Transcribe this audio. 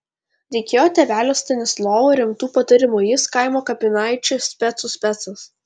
reikėjo tėvelio stanislovo rimtų patarimų jis kaimo kapinaičių specų specas